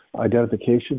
identification